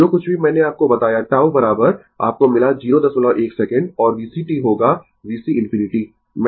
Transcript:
जो कुछ भी मैंने आपको बताया tau आपको मिला 01 सेकंड और VCt होगा VC ∞